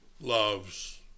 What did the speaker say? loves